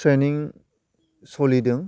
training सलिदों